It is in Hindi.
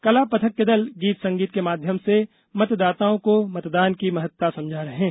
कला पथक के दल गीत संगीत के माध्यम से मतदाताओं को मतदान की महत्ता समझा रहे हैं